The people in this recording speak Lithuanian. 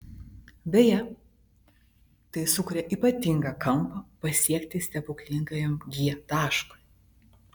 beje tai sukuria ypatingą kampą pasiekti stebuklingajam g taškui